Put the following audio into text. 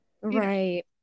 right